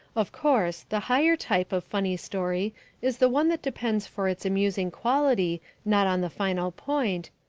of course the higher type of funny story is the one that depends for its amusing quality not on the final point,